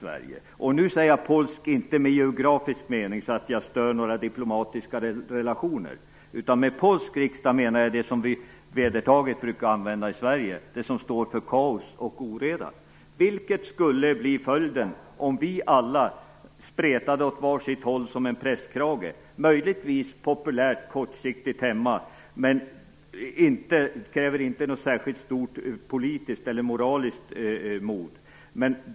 För att inte störa några diplomatiska relationer vill jag vill säga att jag med polsk riksdag inte avser i geografisk mening. Med polsk riksdag menar jag det som vi vedertaget brukar använda i Sverige, som står för kaos och oreda, vilket skulle bli följden om vi alla spretade åt var sitt håll som en prästkrage. Det skulle möjligtvis kortsiktigt vara populärt hemma, men det kräver inte något särskilt stort politiskt eller moraliskt mod.